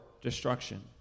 destruction